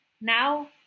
now